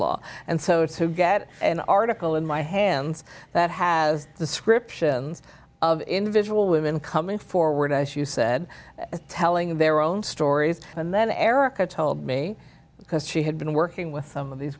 law and so to get an article in my hands that has the scripture of individual women coming forward as you said telling their own stories and then erica told me because she had been working with some of these